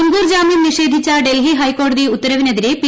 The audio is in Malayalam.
മുൻകൂർ ജാമ്യം നിഷേധിച്ച ഡൽഹി ഹൈക്കോടതി ഉത്തരവിനെതിരെ പി